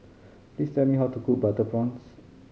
please tell me how to cook butter prawns